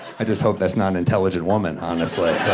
i just hope that's not an intelligent woman, honestly.